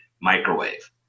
microwave